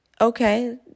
okay